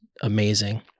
amazing